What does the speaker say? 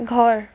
ঘৰ